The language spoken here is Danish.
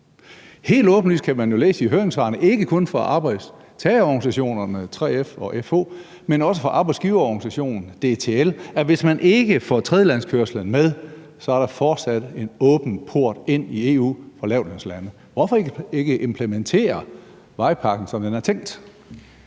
Helt åbenlyst kan man jo læse i høringssvarene, ikke kun fra arbejdstagerorganisationerne 3F og FH, men også fra arbejdsgiverorganisationen DTL, at hvis man ikke får tredjelandskørslen med, er der fortsat en åben port ind i EU fra lavtlønslande. Hvorfor ikke implementere vejpakken, som den er tænkt?